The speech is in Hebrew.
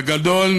בגדול,